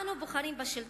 אנו בוחרים בשלטון,